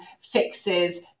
fixes